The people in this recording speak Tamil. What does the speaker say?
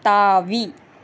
தாவி